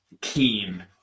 keen